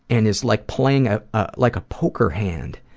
and is like playing, ah ah like a poker hand.